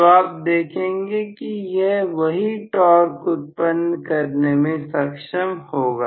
तो आप देखेंगे कि यह वही टॉर्क उत्पन्न करने में सक्षम होगा